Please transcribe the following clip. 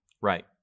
Right